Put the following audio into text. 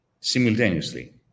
simultaneously